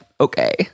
okay